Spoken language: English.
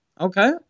Okay